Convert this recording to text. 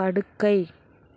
படுக்கை